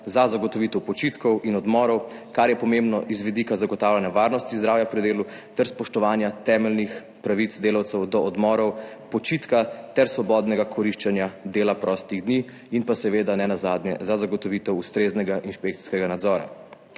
za zagotovitev počitkov in odmorov, kar je pomembno z vidika zagotavljanja varnosti in zdravja pri delu ter spoštovanja temeljnih pravic delavcev do odmorov, počitka ter svobodnega koriščenja dela prostih dni, in pa seveda nenazadnje za zagotovitev ustreznega inšpekcijskega nadzora.